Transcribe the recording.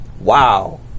Wow